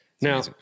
Now